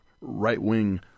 right-wing